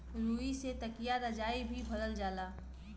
रुई से तकिया रजाई भी भरल जाला